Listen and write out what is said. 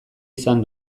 izan